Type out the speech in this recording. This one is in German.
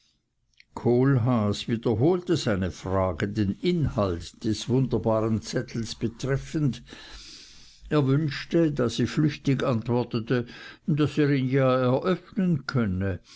kohlhaas wiederholte seine frage den inhalt des wunderbaren zettels betreffend er wünschte da sie flüchtig antwortete daß er ihn ja eröffnen könne